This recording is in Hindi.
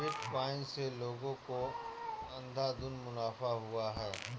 बिटकॉइन से लोगों को अंधाधुन मुनाफा हुआ है